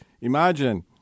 Imagine